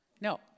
No